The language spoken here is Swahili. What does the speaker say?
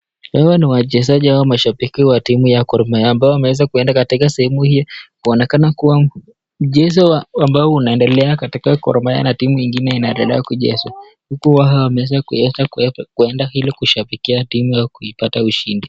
Hawa ni wachezaji hawa mashabiki wa timu ya kormaya ambao wameweza kwenda katika sehemu hii huonekana kuwa mchezo ambao unaendelea katika kormaya na timu ingine inaendelea kuchezwa kuwa wameza kuwacha kwenda ili kushabikia timu ili kuipata ushindi.